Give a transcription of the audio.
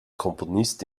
komponist